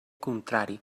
contrari